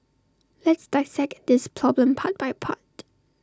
let's dissect this problem part by part